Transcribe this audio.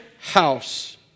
house